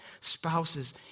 Spouses